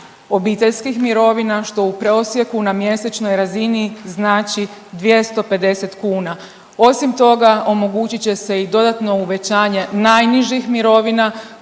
obiteljskih mirovina što u prosjeku na mjesečnoj razini znači 250 kuna. Osim toga, omogućit će se i dodatno uvećanje najnižih mirovina